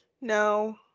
No